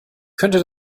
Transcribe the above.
könnte